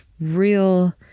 real